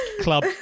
club